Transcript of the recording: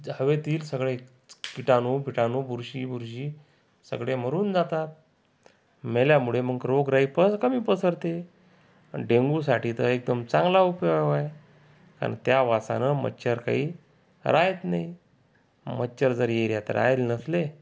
हवेतील सगळेच किटाणू बिटाणु बुरशी वूरजी सगळे मरून जातात मेल्यामुळे मग रोगराई पस कमी पसरते आणि डेंग्यूसाठी तर एकदम चांगला उपयोग आहे आणि त्या वासानं मच्छर काही रहात नाही मच्छर जरी एरियात राहायला नसले